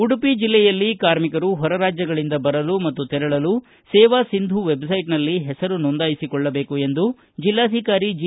ಉಡುಪಿ ಜಿಲ್ಲೆಯಲ್ಲಿ ಕಾರ್ಮಿಕರು ಹೊರ ರಾಜ್ಯಗಳಿಂದ ಬರಲು ಮತ್ತು ತೆರಳಲು ಸೇವಾಸಿಂಧು ವೆಬ್ಸೈಟ್ನಲ್ಲಿ ಹೆಸರು ನೋಂದಾಯಿಸಿ ಕೊಳ್ಳಬೇಕು ಎಂದು ಜಿಲ್ಲಾಧಿಕಾರಿ ಜಿ